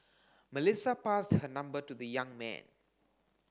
Melissa passed her number to the young man